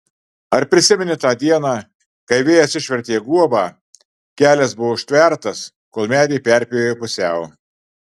ar prisimeni tą dieną kai vėjas išvertė guobą kelias buvo užtvertas kol medį perpjovė pusiau